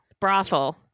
Brothel